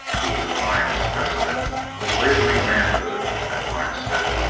he was a fine specimen of laboring manhood, that blacksmith,